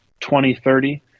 2030